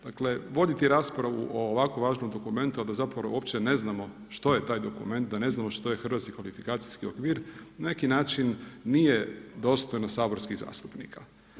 Dakle, voditi raspravu o ovako važnom dokumentu a da zapravo uopće ne znamo što je taj dokument, da ne znamo što je hrvatski kvalifikacijski okvir na neki način nije dostojno saborskih zastupnika.